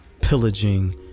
pillaging